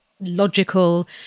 Logical